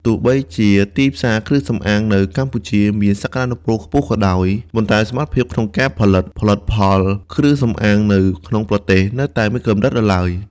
ទោះបីជាទីផ្សារគ្រឿងសម្អាងនៅកម្ពុជាមានសក្ដានុពលខ្ពស់ក៏ដោយ ប៉ុន្តែសមត្ថភាពក្នុងការផលិតផលិតផលគ្រឿងសម្អាងនៅក្នុងប្រទេសនៅតែមានកម្រិតនៅឡើយ។